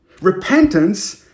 Repentance